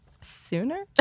sooner